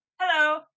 Hello